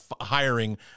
hiring